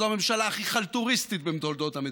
זו הממשלה הכי חלטוריסטית בתולדות המדינה.